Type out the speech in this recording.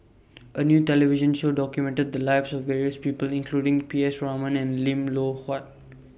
A New television Show documented The Lives of various People including P S Raman and Lim Loh Huat